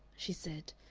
she said,